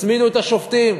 תצמידו את השופטים.